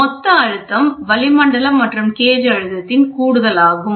மொத்த அழுத்தம் வளிமண்டலம் மற்றும் கேஜ் அழுத்தத்தின் கூடுதல் ஆகும்